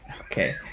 Okay